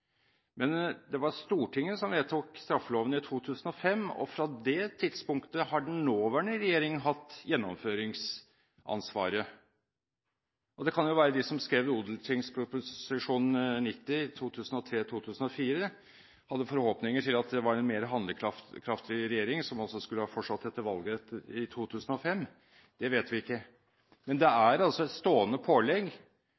Men det var Stortinget som vedtok straffeloven i 2005, og fra det tidspunktet har den nåværende regjering hatt gjennomføringsansvaret. Det kan jo være at de som skrev Ot.prp. nr. 90 for 2003–2004, hadde forhåpninger om at det var en mer handlekraftig regjering som skulle ha fortsatt etter valget i 2005 – det vet vi ikke. Men det